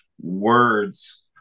words